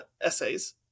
essays